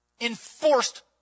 enforced